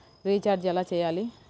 Recharge ఎలా చెయ్యాలి?